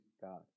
God